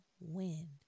win